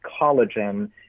collagen